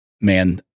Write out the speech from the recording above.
Man